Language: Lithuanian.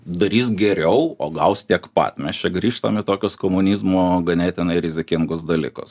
darys geriau o gaus tiek pat mes čia grįžtam į tokius komunizmo ganėtinai rizikingus dalykus